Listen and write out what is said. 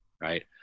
right